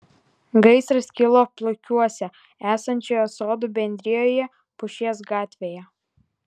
gaisras kilo plukiuose esančioje sodų bendrijoje pušies gatvėje